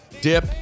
dip